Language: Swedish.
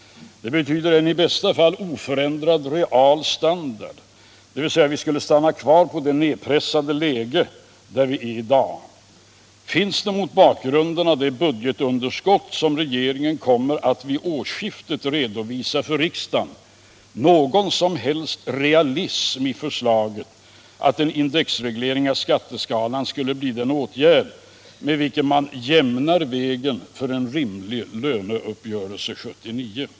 Det betyder i bästa fall en oförändrad real standard, dvs. att vi skulle stanna kvar i det nedpressade läge där vi är i dag. Finns det mot bakgrund av det budgetunderskott som regeringen kommer att redovisa för riksdagen vid årsskiftet någon som helst realism i förslaget att indexreglering av skatteskalan skulle bli den åtgärd med vilken man jämnar vägen för en rimlig löneuppgörelse 1979?